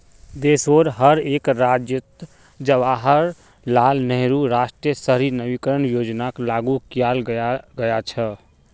देशोंर हर एक राज्यअत जवाहरलाल नेहरू राष्ट्रीय शहरी नवीकरण योजनाक लागू कियाल गया छ